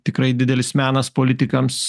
tikrai didelis menas politikams